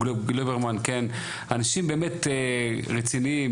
אנשים באמת רציניים,